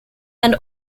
and